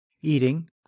eating